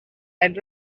and